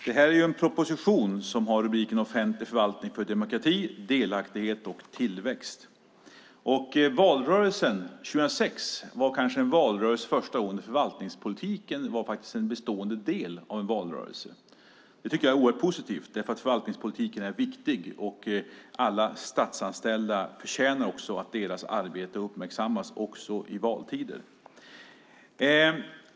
Fru talman! Namnet på den aktuella propositionen är Offentlig förvaltning för demokrati, delaktighet och tillväxt . Valrörelsen 2006 var kanske den första då förvaltningspolitiken var en bestående del av en valrörelse. Det tycker jag är oerhört positivt därför att förvaltningspolitiken är viktig och alla statsanställda förtjänar att deras arbete uppmärksammas också i valtider.